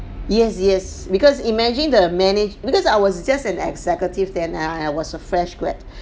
yes yes because imagine the manage because I was just an executive then I I was a fresh grad